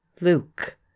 Luke